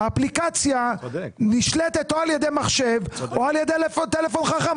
האפליקציה נשלטת או על ידי מחשב או על ידי טלפון חכם.